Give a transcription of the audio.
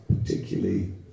particularly